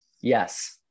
Yes